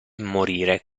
morire